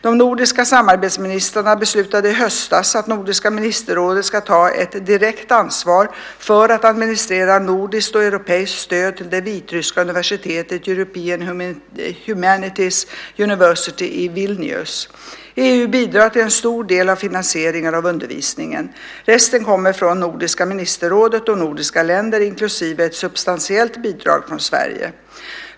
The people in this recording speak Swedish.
De nordiska samarbetsministrarna beslutade i höstas att Nordiska ministerrådet ska ta ett direkt ansvar för att administrera nordiskt och europeiskt stöd till det vitryska universitetet European Humanities University i Vilnius. EU bidrar till en stor del av finansieringen av undervisningen. Resten kommer från Nordiska ministerrådet och nordiska länder, inklusive ett substantiellt bidrag från Sverige.